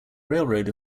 railroad